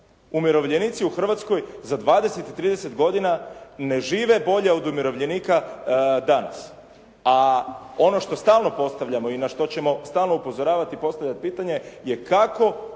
umirovljenici u Hrvatskoj za dvadeset, trideset godina ne žive bolje od umirovljenika danas. a ono što stalno postavljamo i na što ćemo stalno upozoravati i postavljati pitanje je kako